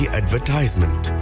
advertisement